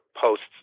posts